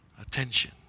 attention